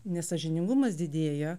ne sąžiningumas didėja